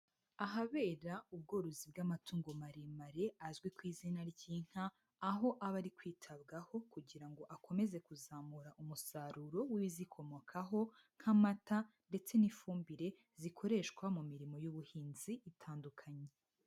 Ahabera ubworozi bw'amatungo maremare azwi ku izina ry'inka, aho aba ari kwitabwaho kugira ngo akomeze kuzamura umusaruro w'ibizikomokaho nk'amata ndetse n'ifumbire zikoreshwa mu mirimo y'ubuhinzi itandukanye.